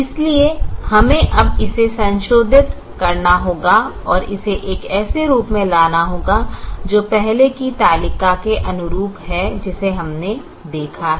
इसलिए हमें अब इसे संशोधित करना होगा और इसे एक ऐसे रूप में लाना होगा जो पहले की तालिका के अनुरूप है जिसे हमने देखा है